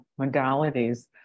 modalities